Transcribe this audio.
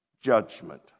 judgment